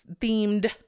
themed